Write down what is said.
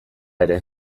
ere